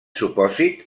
supòsit